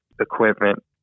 equipment